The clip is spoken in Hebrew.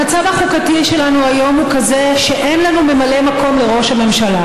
המצב החוקתי שלנו היום הוא כזה שאין לנו ממלא מקום לראש הממשלה,